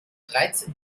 dreizehn